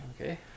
Okay